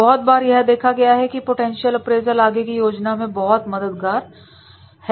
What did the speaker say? बहुत बार यह देखा गया है की पोटेंशियल अप्रेजल आगे की योजना में बहुत मददगार है